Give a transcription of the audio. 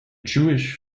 jewish